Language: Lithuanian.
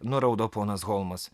nuraudo ponas holmas